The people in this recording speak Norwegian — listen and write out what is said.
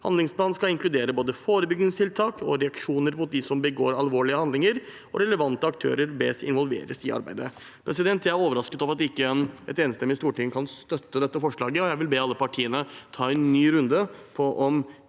Handlingsplanen skal inkludere både forebyggingstiltak og reaksjoner mot de som begår alvorlige handlinger, og relevante aktører bes involveres i arbeidet.» Jeg er overrasket over at ikke et enstemmig storting kan støtte dette forslaget, og jeg vil be alle partiene ta en ny runde på om